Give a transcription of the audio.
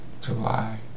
July